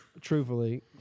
truthfully